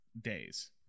days